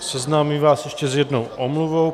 Seznámím vás ještě s jednou omluvou.